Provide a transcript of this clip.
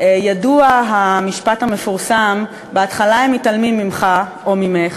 ידוע המשפט המפורסם: בהתחלה הם מתעלמים ממךָ או ממךְ,